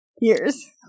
years